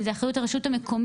אם זאת אחריות של הרשות המקומית,